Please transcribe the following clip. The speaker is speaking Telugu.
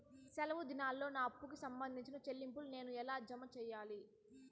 సెలవు దినాల్లో నా అప్పుకి సంబంధించిన చెల్లింపులు నేను ఎలా జామ సెయ్యాలి?